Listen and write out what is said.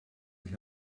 sich